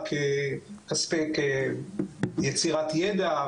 כולל אוניברסיטאות,